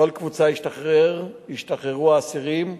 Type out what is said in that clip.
בכל קבוצה ישתחררו האסירים